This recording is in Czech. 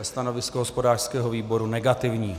Stanovisko hospodářského výboru negativní.